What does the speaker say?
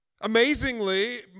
Amazingly